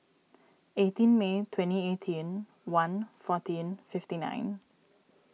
eighteen May twenty eighteen one fourteen fifty nine